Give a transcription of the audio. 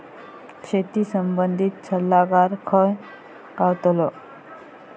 शेती संबंधित सल्लागार खय गावतलो?